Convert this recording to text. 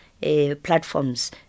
platforms